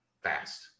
fast